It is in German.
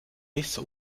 bis